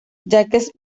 jacques